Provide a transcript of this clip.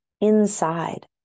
inside